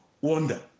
wonder